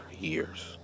years